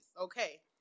okay